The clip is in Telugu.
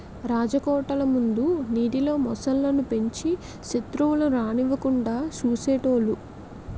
రాజకోటల ముందు నీటిలో మొసళ్ళు ను పెంచి సెత్రువులను రానివ్వకుండా చూసేటోలు